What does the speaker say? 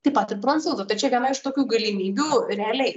taip pat ir prancūzų tai čia viena iš tokių galimybių realiai